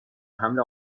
حمل